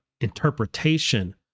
interpretation